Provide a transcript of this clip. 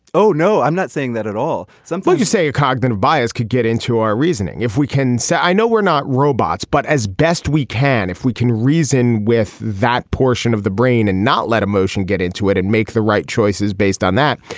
oh no i'm not saying that at all. some point you say a cognitive bias could get into our reasoning if we can say i know we're not robots but as best we can if we can reason with that portion of the brain and not let emotion get into it and make the right choices based on that.